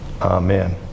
Amen